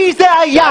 מי זה היה?